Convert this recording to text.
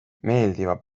meeldiva